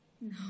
No